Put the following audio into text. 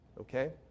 Okay